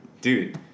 Dude